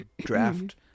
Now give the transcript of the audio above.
draft